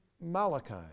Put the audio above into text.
Malachi